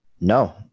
No